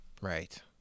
Right